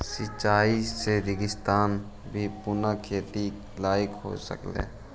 सिंचाई से रेगिस्तान भी पुनः खेती के लायक हो सकऽ हइ